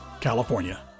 California